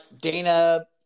Dana